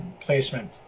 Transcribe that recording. placement